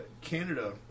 Canada